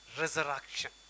resurrection